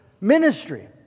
ministry